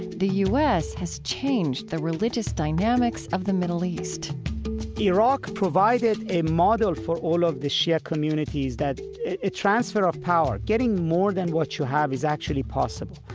the u s. has changed the religious dynamics of the middle east iraq provided a model for all of the shia communities a transfer of power, getting more than what you have is actually possible.